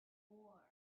war